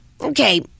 okay